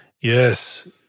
Yes